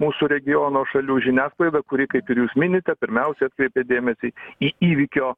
mūsų regiono šalių žiniasklaida kuri kaip ir jūs minite pirmiausia atkreipė dėmesį į įvykio